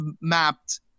mapped